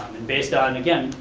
and based on, again,